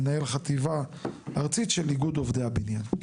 מנהל חטיבה ארצית של איגוד עובדי הבניין,